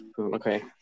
Okay